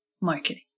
marketing